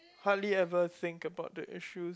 hardly ever think about the issues